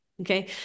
Okay